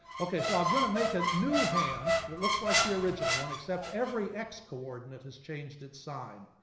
okay, so i'm going to make a new hand, that looks like the original one, except every x coordinate has changed its sign.